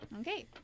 Okay